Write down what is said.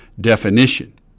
definition